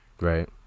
Right